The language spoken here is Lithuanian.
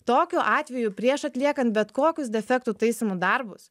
tokiu atveju prieš atliekant bet kokius defektų taisymų darbus